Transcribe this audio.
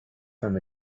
from